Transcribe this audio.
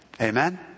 Amen